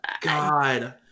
God